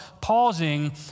pausing